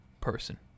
person